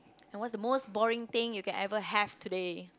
and what's the most boring thing you can ever have today